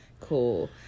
cool